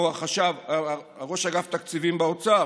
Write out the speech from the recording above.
כמו ראש אגף התקציבים באוצר,